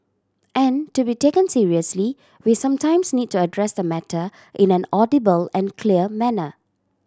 and to be taken seriously we sometimes need to address the matter in an audible and clear manner